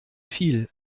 viel